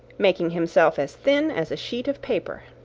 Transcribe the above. making himself as thin as a sheet of paper.